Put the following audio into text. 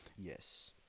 Yes